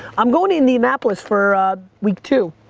i'm going indianapolis for week two.